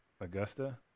Augusta